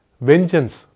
vengeance